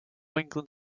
england